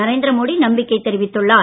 நரேந்திரமோடி நம்பிக்கை தெரிவித்துள்ளார்